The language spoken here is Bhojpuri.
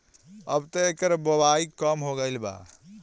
अबत एकर बओई कम हो गईल बा